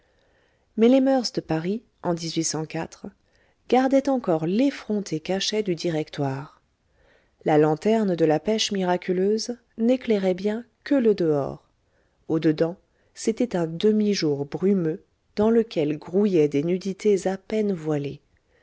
mais les moeurs de paris en gardaient encore l'effronté cachet du directoire la lanterne de la pêche miraculeuse n'éclairait bien que le dehors au dedans c'était un demi-jour brumeux dans lequel grouillaient des nudités à peine voilées